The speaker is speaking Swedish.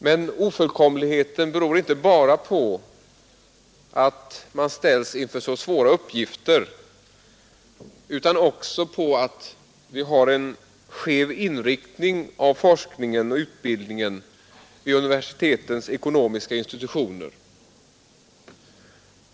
Men ofullkomligheten beror inte bara på att man ställs inför så svåra uppgifter, utan också på att vi har en skev inriktning av forskningen och utbildningen vid universitetens ekonomiska institutioner.